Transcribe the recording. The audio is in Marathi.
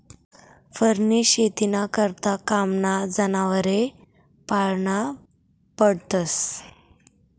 फरनी शेतीना करता कामना जनावरे पाळना पडतस